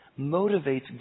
motivates